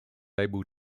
able